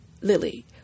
Lily